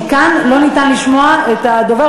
מכאן אי-אפשר לשמוע את הדובר,